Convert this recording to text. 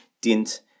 dint